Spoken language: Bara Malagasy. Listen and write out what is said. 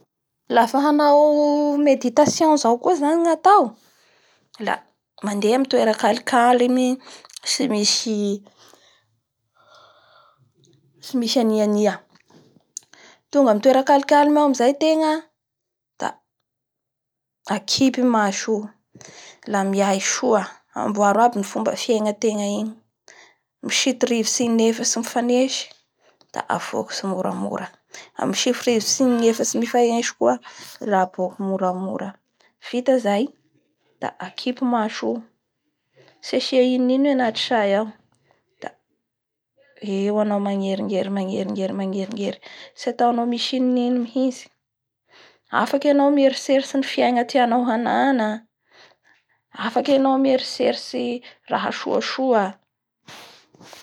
Lafa hanao meditation zao koa zany ny atao la mandeha amin'ny toera calcame-ny tsy misy ania ania. Amin'ny toera calcalme ao amizay ategna da akipy i maso io, la miay soa amboary aby ny fomba fiegnategna iny misito rivotsy inefatsy mifanesy da avoky tsimoramora da misito rivotsy inefatsy mianesy koa sa avoky moramora vita zay akipy maso io tsy asqia inonino ny anty say aoda eo anao magnrignery magnerignery magnerignery tsy ataonao misy inonino mihintsy afakya anao mieritseritsy ny toera tianao hanana, afaky anao mierotseritsy raha soasoa.